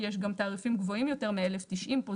כי יש גם תעריפים גבוהים יותר מ-1,090 פה.